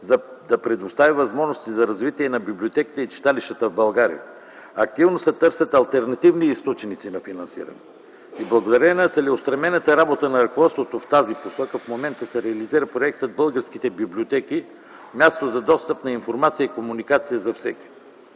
за да предостави възможности за развитие на библиотеките и читалищата в България. Активно се търсят алтернативни източници на финансиране. Благодарение на целеустремената работа на ръководството в тази посока в момента се реализира проектът „Българските библиотеки – място за достъп на информация и комуникация за всеки”.